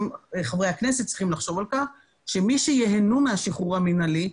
גם חברי הכנסת צריכים לחשוב על כך שמי שייהנו מהשחרור המינהלי,